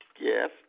Yes